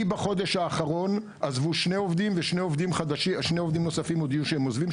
בחודש האחרון לי עזבו שני עובדים ושני עובדים נוספים הודיעו שהם עוזבים,